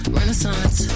renaissance